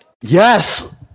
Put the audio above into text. yes